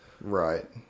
Right